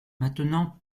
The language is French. maintenant